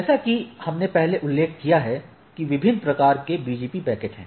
जैसा कि हमने पहले उल्लेख किया है कि विभिन्न प्रकार के BGP पैकेट हैं